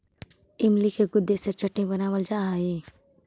इमली के गुदे से चटनी बनावाल जा हई